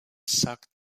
sagt